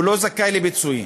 הוא לא זכאי לפיצוי.